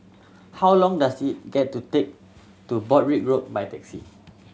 how long does it get to take to Broadrick Road by taxi